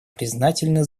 признательны